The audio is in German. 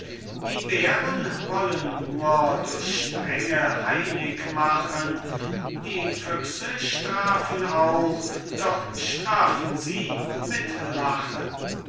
die bäre wollen nur durch strenge heilig machen die füchse strafen auch doch strafen sie mit lachen